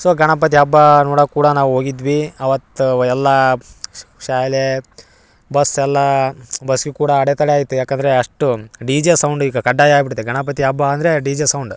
so Ganapati ಹಬ್ಬ ನೋಡಕ್ಕೆ ಕೂಡ ನಾವು ಹೋಗಿದ್ವಿ ಅವತ್ತು ಎಲ್ಲಾ ಶಾಲೆ ಬಸ್ಸೆಲ್ಲ ಬಸ್ಸಿಗೆ ಕೂಡ ಅಡೆ ತಡೆ ಆಯಿತು ಯಾಕೆಂದರೆ ಅಷ್ಟು ಡಿ ಜೆ ಸೌಂಡ್ ಈಗ ಕಡ್ಡಾಯ ಆಗ್ಬಿಟೈತೆ ಗಣಪತಿ ಹಬ್ಬ ಅಂದರೆ ಡಿ ಜೆ ಸೌಂಡ್